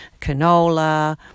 canola